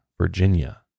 Virginia